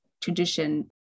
tradition